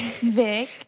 Vic